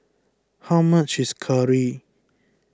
how much is Curry